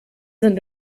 sind